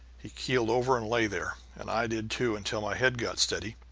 he keeled over and lay there, and i did, too, until my head got steady.